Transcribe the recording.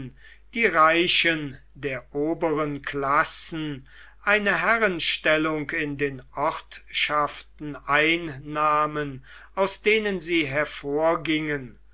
die reichen der oberen klassen eine herrenstellung in den ortschaften einnahmen aus denen sie hervorgingen